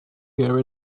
here